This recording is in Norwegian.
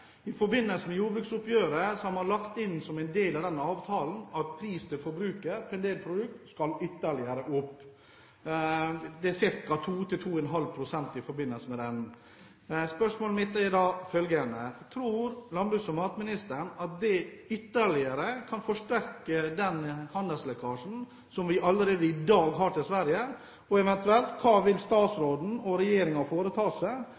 en del produkter skal ytterligere opp – ca. 2–2,5 pst. Spørsmålet mitt til landsbruks- og matministeren er da følgende: Tror landsbruks- og matministeren at det ytterligere kan forsterke den handelslekkasjen som vi allerede i dag har til Sverige, og hva vil eventuelt statsråden og regjeringen foreta seg